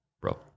bro